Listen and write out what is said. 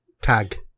Tag